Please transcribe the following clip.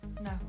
No